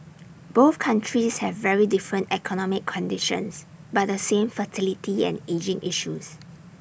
both countries have very different economic conditions but the same fertility and ageing issues